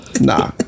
Nah